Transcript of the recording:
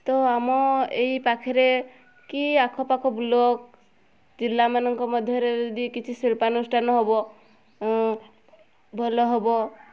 ତ ଆମ ଏଇ ପାଖରେ କି ଆଖ ପାଖ ବ୍ଲକ୍ ଜିଲ୍ଲା ମାନଙ୍କ ମଧ୍ୟରେ ଯଦି କିଛି ଶିଳ୍ପାନୁଷ୍ଠାନ ହେବ ଭଲ ହେବ